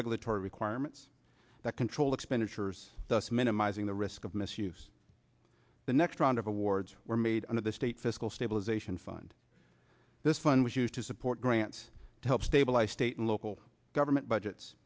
regulatory requirements that control expenditures thus minimizing the risk of misuse the next round of awards were made on the state fiscal stabilization fund this fund was used to support grants to help stabilize state and local government budgets